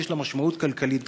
שיש לה משמעות כלכלית דרמטית?